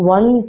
One